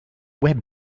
web